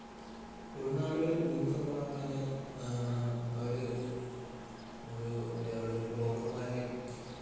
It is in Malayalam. ഉൾനാടുകളിൽ ഭൂമി സ്വന്തമാക്കാൻ അവർ അവർ മറ്റെവിടെയെങ്കിലും ബ്രോക്കർമാരേയും